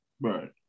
Right